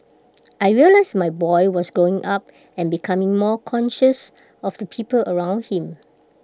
I realised my boy was growing up and becoming more conscious of the people around him